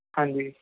ਹਾਂਜੀ